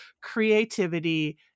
creativity